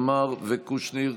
עמאר וקושניר.